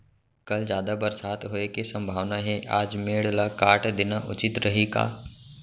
कल जादा बरसात होये के सम्भावना हे, आज मेड़ ल काट देना उचित रही का?